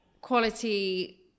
quality